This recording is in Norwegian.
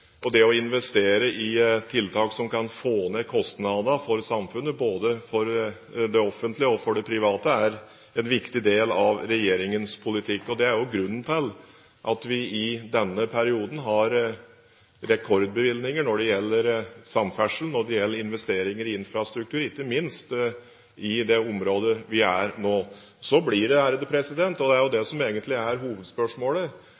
og det å investere i tiltak som kan få ned kostnadene for samfunnet, både det offentlige og det private, er en viktig del av regjeringens politikk. Det er også grunnen til at vi i denne perioden har rekordbevilgninger når det gjelder samferdsel, når det gjelder investeringer i infrastruktur, ikke minst i det området vi er nå. Så dreier det seg om – og det er jo